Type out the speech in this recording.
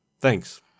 Thanks